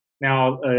now